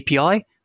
API